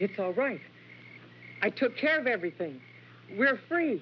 it's all right i took care of everything we're free